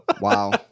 Wow